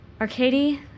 Arcady